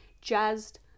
jazzed